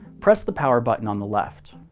press the power button on the left.